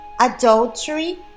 adultery